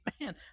man